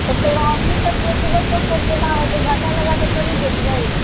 तऽ फेर हमहुँ तऽ बेचबै तऽ फेर केना हेतै घाटा लगाके थोड़े ही बेचबै